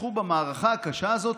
שינצחו במערכה הקשה הזאת?